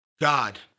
God